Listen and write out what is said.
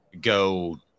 go